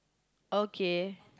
okay